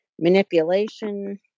Manipulation